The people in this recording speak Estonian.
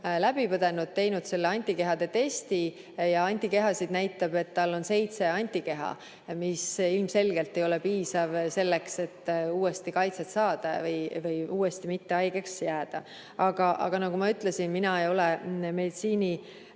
läbi põdenud, teinud selle antikehade testi ja test näitab, et tal on seitse antikeha, mis ilmselgelt ei ole piisav selleks, et kaitset saada või uuesti mitte haigeks jääda. Aga nagu ma ütlesin, mina ei ole